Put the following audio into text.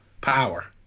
power